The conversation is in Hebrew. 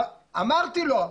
אמרתי לו,